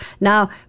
Now